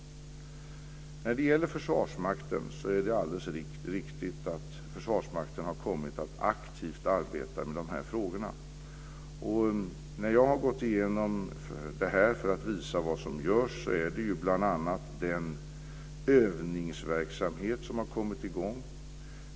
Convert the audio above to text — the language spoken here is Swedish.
När det gäller Försvarsmakten är det alldeles riktigt att den har kommit att arbeta aktivt med dessa frågor. Jag har gått ingenom detta för att visa vad som görs. Det är bl.a. den övningsverksamhet som har kommit i gång.